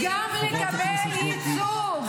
ומגיע גם להם לקבל ייצוג.